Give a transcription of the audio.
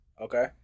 Okay